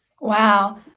Wow